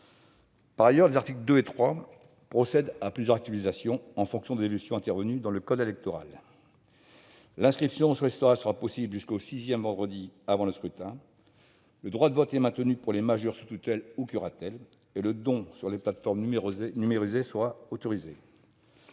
Par ailleurs, les articles 2 et 3 procèdent à plusieurs actualisations à la suite d'évolutions intervenues dans le code électoral : l'inscription sur les listes électorales sera possible jusqu'au sixième vendredi avant le scrutin ; le droit de vote est maintenu pour les majeurs sous tutelle ou curatelle ; les dons sur les plateformes numériques seront autorisés.